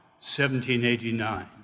1789